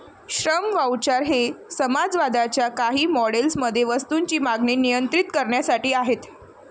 श्रम व्हाउचर हे समाजवादाच्या काही मॉडेल्स मध्ये वस्तूंची मागणी नियंत्रित करण्यासाठी आहेत